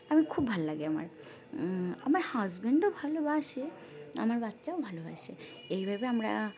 আমি খুব ভালো লাগে আমার আমার হাজব্যেন্ডও ভালোবাসে আমার বাচ্চাও ভালোবাসে এইভাবে আমরা